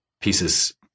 pieces